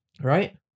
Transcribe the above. Right